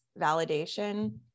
validation